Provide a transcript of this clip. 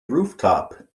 rooftop